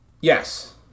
Yes